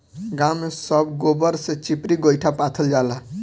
गांव में सब गोबर से चिपरी गोइठा पाथल जाला